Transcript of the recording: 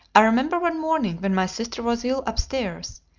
i remember one morning, when my sister was ill upstairs,